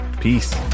Peace